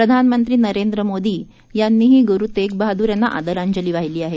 प्रधानमंत्री नरेंद्र मोदी यांनीही गुरु तेग बहादूर यांना आदरांजली वाहिली आहे